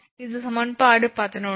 இது சமன்பாடு 11